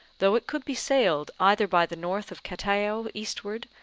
though it could be sailed either by the north of cataio eastward,